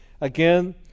Again